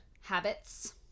Habits